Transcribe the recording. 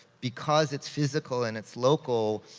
because it's physical and it's local,